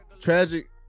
tragic